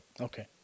Okay